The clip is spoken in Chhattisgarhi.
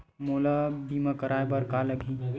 मोला बीमा कराये बर का का लगही?